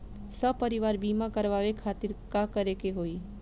सपरिवार बीमा करवावे खातिर का करे के होई?